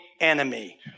enemy